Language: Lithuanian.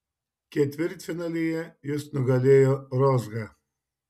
ketvirtfinalyje jis nugalėjo rozgą